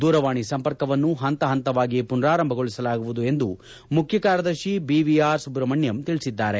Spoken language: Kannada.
ದೂರವಾಣಿ ಸಂಪರ್ಕವನ್ನು ಹಂತ ಹಂತವಾಗಿ ಪುನಾರಂಭಗೊಳಿಸಲಾಗುವುದು ಎಂದು ಮುಖ್ಯಕಾರ್ಯದರ್ಶಿ ಬಿ ವಿ ಆರ್ ಸುಬ್ರಹ್ಮಣ್ವಂ ತಿಳಿಸಿದ್ದಾರೆ